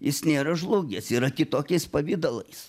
jis nėra žlugęs yra kitokiais pavidalais